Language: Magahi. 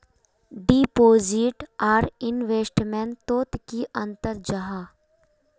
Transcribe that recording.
डिपोजिट आर इन्वेस्टमेंट तोत की अंतर जाहा?